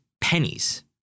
pennies